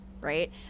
Right